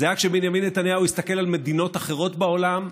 זה היה כשבנימין נתניהו הסתכל על מדינות אחרות בעולם,